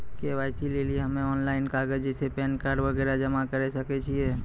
KYC लेली हम्मय online कागज जैसे पैन कार्ड वगैरह जमा करें सके छियै?